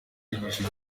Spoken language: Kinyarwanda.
yigishije